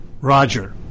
Roger